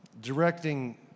directing